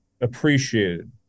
appreciated